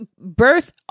birth